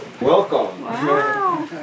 Welcome